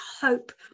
hope